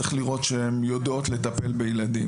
צריך לראות שהן יודעות לטפל בילדים.